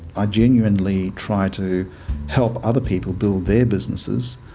ah genuinely try to help other people build their businesses.